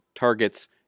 targets